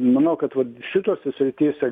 manau kad vat šitose srityse